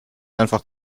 einfach